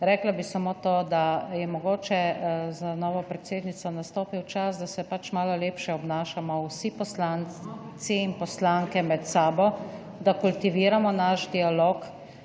rekla bi samo to, da je mogoče z novo predsednico nastopil čas, da se malo lepše obnašamo vsi poslanci in poslanke med sabo, da kultiviramo naš dialog